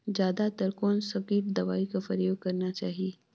जादा तर कोन स किट दवाई कर प्रयोग करना चाही?